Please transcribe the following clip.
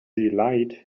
delight